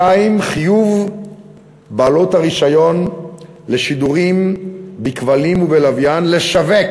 2. חיוב בעלות הרישיון לשידורים בכבלים ובלוויין לשווק